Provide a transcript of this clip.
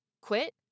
quit